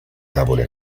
tavole